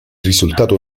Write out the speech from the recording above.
risultato